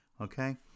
okay